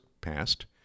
passed